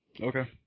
Okay